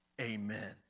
amen